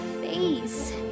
face